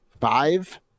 five